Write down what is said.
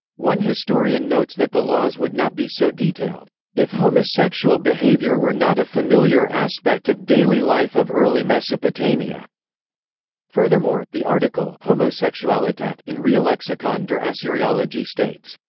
one historian notes that the laws would not be so detailed if homosexual behavior were not a familiar aspect of daily life of early mesopotamia furthermore, the article homosexualitat in reallexicon der assyriologie states,